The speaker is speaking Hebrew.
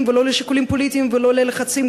קטסטרופלי.